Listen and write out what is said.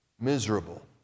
miserable